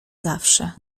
zawsze